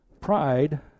Pride